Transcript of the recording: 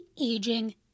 aging